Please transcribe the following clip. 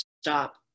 stop